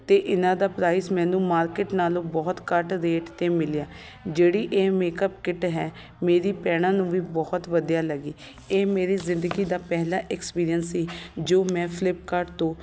ਅਤੇ ਇਹਨਾਂ ਦਾ ਪ੍ਰਾਈਸ ਮੈਨੂੰ ਮਾਰਕੀਟ ਨਾਲੋਂ ਬਹੁਤ ਘੱਟ ਰੇਟ 'ਤੇ ਮਿਲਿਆ ਜਿਹੜੀ ਇਹ ਮੇਕਅਪ ਕਿੱਟ ਹੈ ਮੇਰੀ ਭੈਣਾਂ ਨੂੰ ਵੀ ਬਹੁਤ ਵਧੀਆ ਲੱਗੀ ਇਹ ਮੇਰੀ ਜ਼ਿੰਦਗੀ ਦਾ ਪਹਿਲਾ ਐਕਸਪੀਰੀਅਸ ਸੀ ਜੋ ਮੈਂ ਫਲਿੱਪਕਾਰਟ ਤੋਂ